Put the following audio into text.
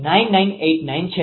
9989 છે